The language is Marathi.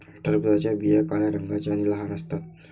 टरबूजाच्या बिया काळ्या रंगाच्या आणि लहान असतात